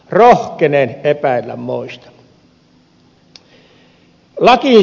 rohkenen epäillä moista